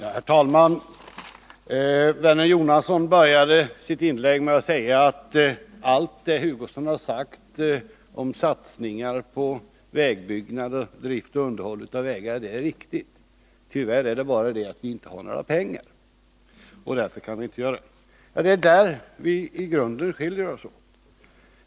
Herr talman! Vännen Bertil Jonasson började sitt inlägg med att säga att allt det Kurt Hugosson har sagt om satsningar på vägbyggnader och drift och underhåll av vägar är riktigt — tyvärr är det bara så att vi inte har några pengar, och därför kan vi inte genomföra det. Det är där vi i grunden skiljer oss åt.